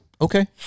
Okay